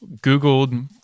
Googled